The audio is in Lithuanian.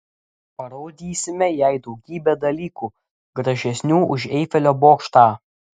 parodysime jai daugybę dalykų gražesnių už eifelio bokštą